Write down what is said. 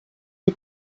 the